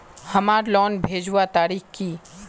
हमार लोन भेजुआ तारीख की?